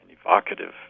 evocative